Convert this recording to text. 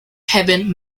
kevin